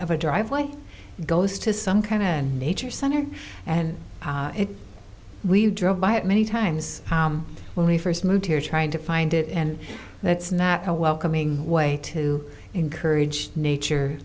of a driveway goes to some kind of a nature center and we drove by it many times when we first moved here trying to find it and that's not a welcoming way to encourage nature